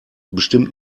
bestimmt